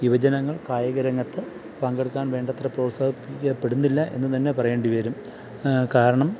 യുവജനങ്ങൾ കായികരംഗത്ത് പങ്കെടുക്കാൻ വേണ്ടത്ര പ്രോത്സാഹിപ്പിക്കപ്പെടുന്നില്ല എന്ന് തന്നെ പറയേണ്ടി വരും കാരണം